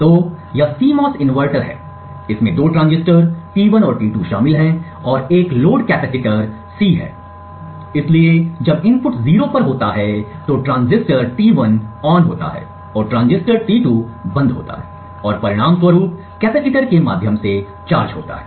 तो यह CMOS inverter है इसमें दो ट्रांजिस्टर T1 और T2 शामिल हैं और एक लोड कैपेसिटर C है इसलिए जब इनपुट 0 पर होता है तो ट्रांजिस्टर T1 ON होता है और ट्रांजिस्टर T2 बंद होता है और परिणामस्वरूप कैपेसिटर के माध्यम से चार्ज होता है